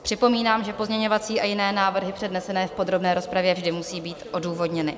Připomínám, že pozměňovací a jiné návrhy přednesené v podrobné rozpravě vždy musí být odůvodněny.